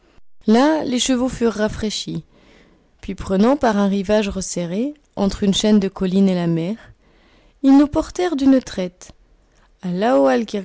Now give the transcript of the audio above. là les chevaux furent rafraîchis puis prenant par un rivage resserré entre une chaîne de collines et la mer ils nous portèrent d'une traite